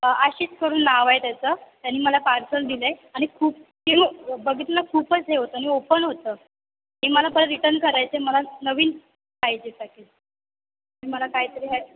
आशिश करून नाव आहे त्याचं त्याने मला पार्सल दिलं आहे आणि खूप बघितलं खूपच हे होतं आणि ओपन होतं ते मला परत रिटन करायचं आहे मला नवीन पाहिजे पॅकेज मला काहीतरी